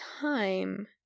time